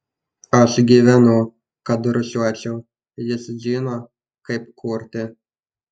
aš gyvenu kad rūšiuočiau jis žino kaip kurti